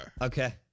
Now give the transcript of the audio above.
Okay